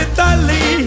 Italy